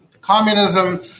communism